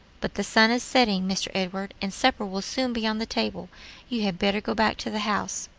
but the sun is setting, mr. edward, and supper will soon be on the table you had better go back to the house.